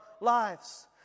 lives